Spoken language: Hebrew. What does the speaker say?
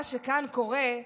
מה שכאן קורה,